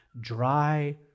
dry